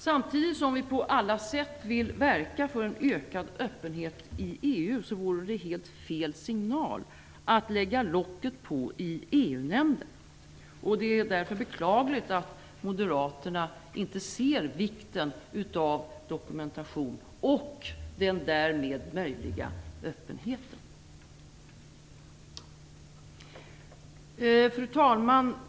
Samtidigt som vi på alla sätt vill verka för en ökad öppenhet i EU vore det helt fel signal att lägga locket på i EU-nämnden. Det är därför beklagligt att Moderaterna inte ser vikten av dokumentation och den därmed möjliga öppenheten. Fru talman!